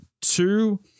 two